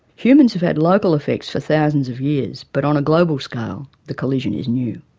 humans have had local effects for thousands of years but on a global scale, the collision is new.